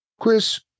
Chris